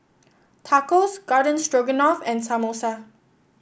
Tacos Garden Stroganoff and Samosa